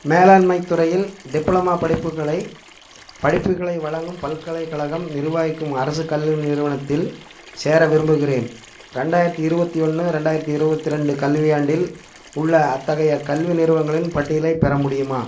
மேலாண்மை துறையில் டிப்ளமா படிப்புகளை படிப்புகளை வழங்கும் பல்கலைக்கழகம் நிர்வகிக்கும் அரசு கல்வி நிறுவனத்தில் சேர விரும்புகிறேன் ரெண்டாயிரத்தி இருவத்தொன்று ரெண்டாயிரத்தி இருவத்திரெண்டு கல்வியாண்டில் உள்ள அத்தகைய கல்வி நிறுவனங்களின் பட்டியலை பெற முடியுமா